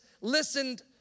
listened